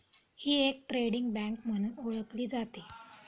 ही एक trading bank म्हणून ओळखली जाते